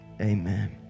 amen